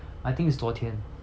I think it's 昨天